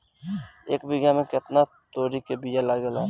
एक बिगहा में केतना तोरी के बिया लागेला?